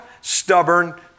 stubborn